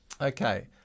Okay